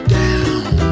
down